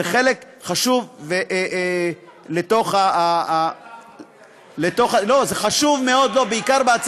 זה חלק חשוב מתוך, תמיד אתה מקריא הכול.